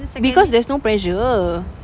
because there's no pressure